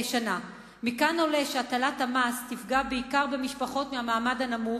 מכאן עולה שהטלת המס תפגע בעיקר במשפחות מהמעמד הנמוך.